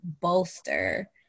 bolster